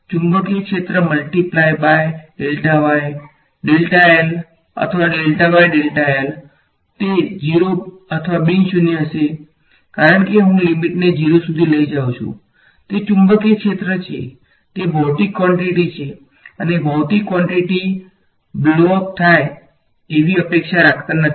ચુંબકીય ક્ષેત્ર multiply by અથવા તે 0 અથવા બિન શૂન્ય હશે કારણ કે હું લિમીટને થાય એવી અપેક્ષા રાખતા નથી